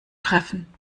treffen